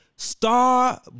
Star